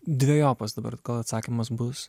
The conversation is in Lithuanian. dvejopas dabar gal atsakymas bus